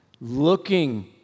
looking